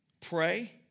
Pray